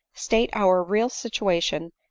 state our real situation,